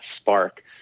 spark